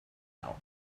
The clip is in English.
out